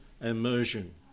immersion